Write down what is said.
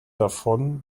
davon